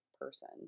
person